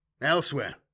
Elsewhere